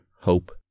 hope